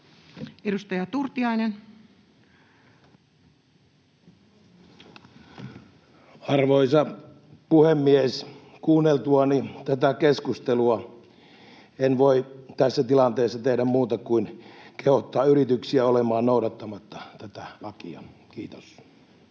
12:07 Content: Arvoisa puhemies! Kuunneltuani tätä keskustelua en voi tässä tilanteessa tehdä muuta kuin kehottaa yrityksiä olemaan noudattamatta tätä lakia. — Kiitos.